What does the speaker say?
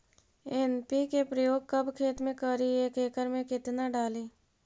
NPK प्रयोग कब खेत मे करि एक एकड़ मे कितना डाली?